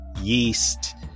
yeast